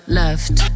left